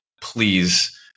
please